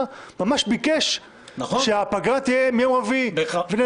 ממש ביקש שהפגרה תהיה מיום רביעי ונעתרנו לכך.